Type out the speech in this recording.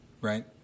right